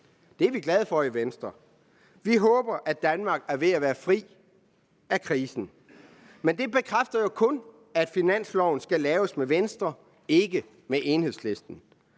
Det er vi glade for i Venstre. Vi håber, at Danmark er ved at være fri af krisen. Men det bekræfter kun, at finansloven skal laves med Venstre, ikke med Enhedslisten.